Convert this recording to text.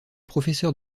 professeur